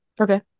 okay